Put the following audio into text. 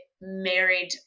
married